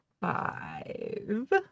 five